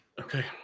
Okay